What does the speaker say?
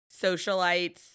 socialites